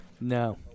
No